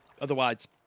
Otherwise